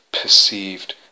perceived